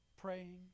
praying